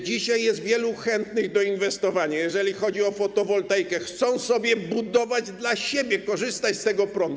Dzisiaj jest wielu chętnych do inwestowania, jeżeli chodzi o fotowoltaikę, chcą budować dla siebie, korzystać z tego prądu.